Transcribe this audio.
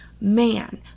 man